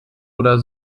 oder